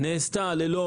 נעשתה ללא